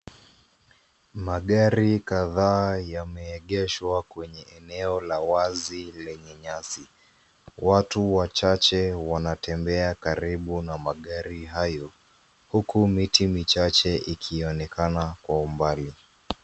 Magari kadhaa yameegeshwa kwenye eneo la wazi lenye nyasi. Watu wachache wanatembea karibu na magari hayo, huku miti michache ikionekana kwa umbali.